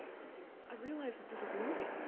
i think, i realized that this is moving.